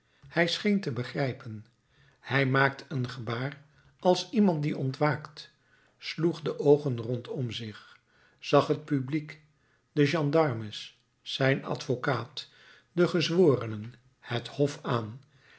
hij scheen te begrijpen hij maakte een gebaar als iemand die ontwaakt sloeg de oogen rondom zich zag het publiek de gendarmes zijn advocaat de gezworenen het hof aan